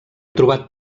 trobat